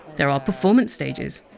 there are performance stages,